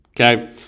Okay